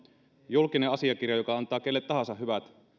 julkinen asiakirja joka antaa kenelle tahansa hyvät